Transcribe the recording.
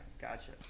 Gotcha